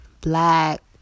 black